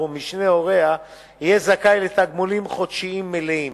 משני הוריה יהיה זכאי לתגמולים חודשיים מלאים.